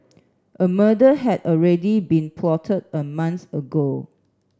a murder had already been plotted a month ago